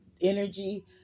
energy